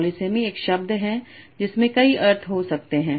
polysemy एक शब्द है जिसमें कई अर्थ हो सकते हैं